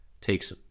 takes